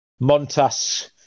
Montas